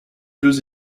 deux